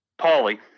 Pauly